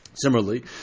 Similarly